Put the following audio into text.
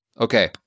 Okay